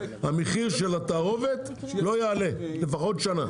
המחיר של התערובת לא יעלה לפחות שנה,